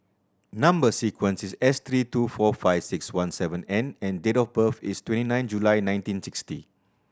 number sequence is S three two four five six one seven N and date of birth is twenty nine July nineteen sixty